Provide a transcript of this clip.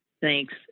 thanks